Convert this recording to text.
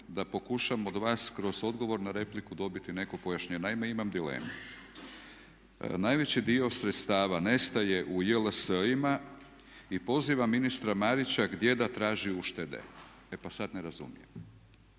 da pokušam od vas kroz odgovor na repliku dobiti neko pojašnjenje. Naime imam dilemu. Najveći dio sredstava nestaje u JLS-ima i pozivam ministra Marića gdje da traži uštede. E pa sada ne razumijem,